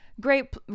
Great